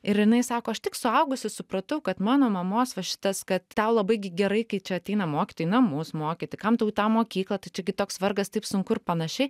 ir jinai sako aš tik suaugusi supratau kad mano mamos va šitas kad tau labai gi gerai kai čia ateina mokytojai į namus mokyti kam tau į tą mokyklą tai čia gi toks vargas taip sunku ir panašiai